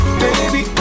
baby